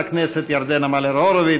ראש האופוזיציה חבר הכנסת יצחק הרצוג,